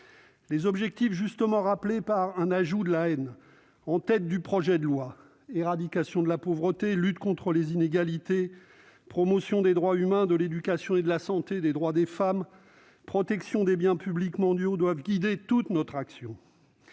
Les objectifs justement rappelés, un ajout de l'Assemblée nationale, en tête du projet de loi- éradication de la pauvreté, lutte contre les inégalités, promotion des droits humains, de l'éducation et de la santé, des droits des femmes, protection des biens publics mondiaux -, doivent guider toute notre action